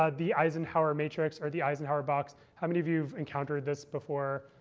ah the eisenhower matrix, or the eisenhower box. how many of you encountered this before?